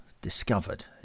discovered